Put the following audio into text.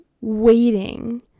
waiting